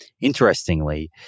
Interestingly